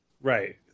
right